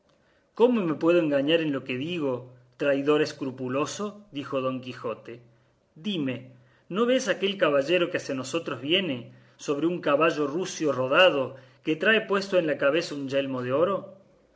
cómo me puedo engañar en lo que digo traidor escrupuloso dijo don quijote dime no ves aquel caballero que hacia nosotros viene sobre un caballo rucio rodado que trae puesto en la cabeza un yelmo de oro